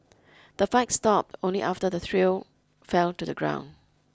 the fight stopped only after the trio fell to the ground